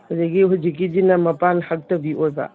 ꯑꯗꯒꯤ ꯍꯧꯖꯤꯛꯁꯤꯅ ꯃꯄꯥꯟ ꯍꯛꯇꯕꯤ ꯑꯣꯏꯕ